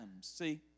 See